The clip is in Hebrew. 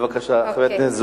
בבקשה, חברת הכנסת זועבי.